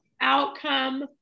outcome